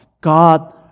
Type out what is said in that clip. God